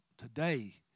Today